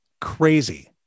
crazy